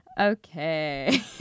Okay